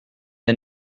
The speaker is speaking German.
der